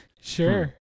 Sure